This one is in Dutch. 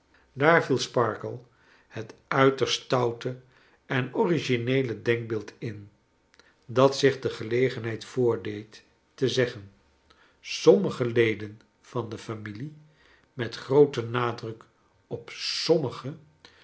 daar viel sparkler het uiterst stoute en origineele denkbeeld in dat zich de gelegenheid voordeed te zeggen sommige leden van de familie met grooten nadruk op sommige